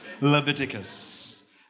Leviticus